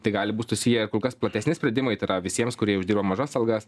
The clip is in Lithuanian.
tai gali būt susiję ir kur kas platesni spredimai tai yra visiems kurie uždirba mažas algas